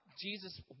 Jesus